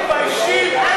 אני מתפלא עליך,